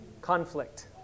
conflict